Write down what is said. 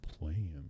playing